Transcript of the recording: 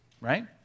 right